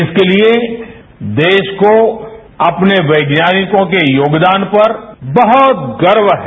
इसके लिए देश को अपने वैज्ञानिकों के योगदान पर बहुत गर्व है